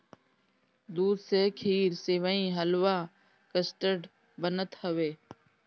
दूध से खीर, सेवई, हलुआ, कस्टर्ड बनत हवे